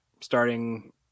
starting